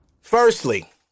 Firstly